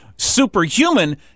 Superhuman